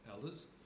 elders